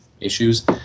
issues